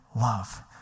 love